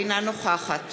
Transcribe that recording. אינה נוכחת